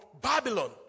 Babylon